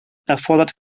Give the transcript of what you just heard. erfordert